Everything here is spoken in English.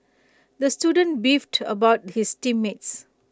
the student beefed about his team mates